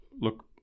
look